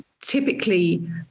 typically